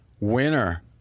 winner